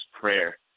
prayer